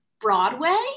Broadway